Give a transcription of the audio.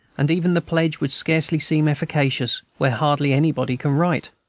and even the pledge would scarcely seem efficacious where hardly anybody can write.